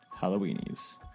Halloweenies